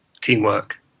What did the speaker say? teamwork